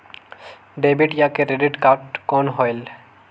Debit या credit card कौन होएल?